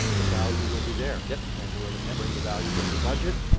the value will be there yeah and whoever can bring the value gets the budget.